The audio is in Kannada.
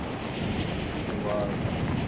ಹಾಂ ನೀವು ಆ ಸಮಯಕ್ಕೆ ಬನ್ನಿ